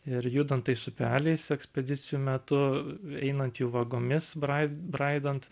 ir judant tais upeliais ekspedicijų metu einant jų vagomis brai braidant